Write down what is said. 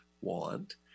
want